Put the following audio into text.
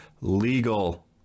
legal